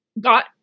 Got